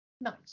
nice